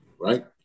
right